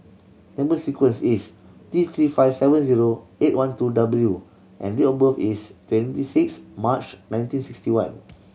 number sequence is T Three five seven zero eight one two W and date of birth is twenty six March nineteen sixty one